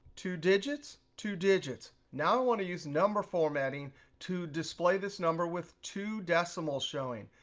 two digits, two digits. now, i want to use number formatting to display this number with two decimals showing.